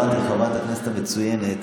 אמרתי לחברת הכנסת המצוינת,